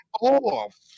off